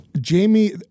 Jamie